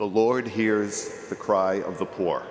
lord here is the cry of the poor